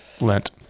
Lent